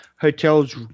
hotels